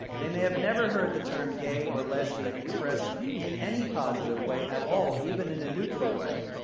they may have never heard the term gay or lesbian expressed in any positive way at all, even in a neutral way.